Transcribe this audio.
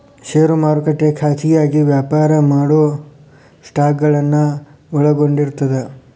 ಷೇರು ಮಾರುಕಟ್ಟೆ ಖಾಸಗಿಯಾಗಿ ವ್ಯಾಪಾರ ಮಾಡೊ ಸ್ಟಾಕ್ಗಳನ್ನ ಒಳಗೊಂಡಿರ್ತದ